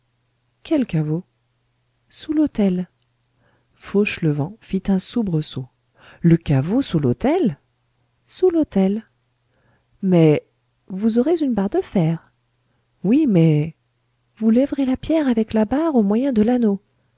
quel caveau sous l'autel fauchelevent fit un soubresaut le caveau sous l'autel sous l'autel mais vous aurez une barre de fer oui mais vous lèverez la pierre avec la barre au moyen de l'anneau